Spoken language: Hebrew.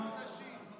ארבעה חודשים.